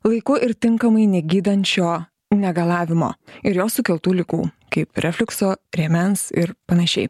laiku ir tinkamai negydant šio negalavimo ir jo sukeltų ligų kaip refliukso rėmens ir panašiai